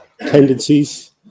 tendencies